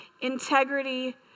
integrity